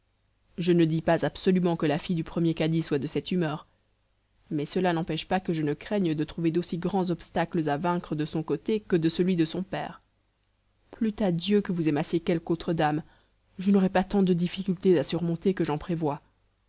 je ne dis pas absolument que la fille du premier cadi soit de cette humeur mais cela n'empêche pas que je ne craigne de trouver d'aussi grands obstacles à vaincre de son côté que de celui de son père plût à dieu que vous aimassiez quelque autre dame je n'aurais pas tant de difficultés à surmonter que j'en prévois